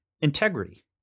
integrity